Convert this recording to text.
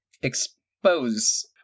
Expose